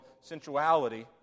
sensuality